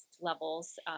levels